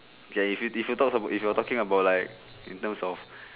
okay if you if you talk about if you're talking about like in terms of